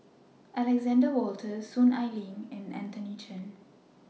Alexander Wolters Soon Ai Ling and Anthony Chen